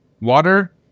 water